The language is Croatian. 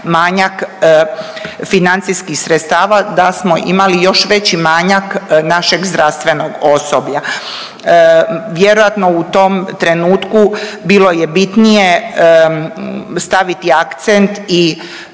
manjak financijskih sredstava da smo imali još veći manjak našeg zdravstvenog osoblja. Vjerojatno u tom trenutku bilo je bitnije staviti akcent i